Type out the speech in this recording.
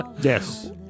yes